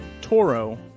Toro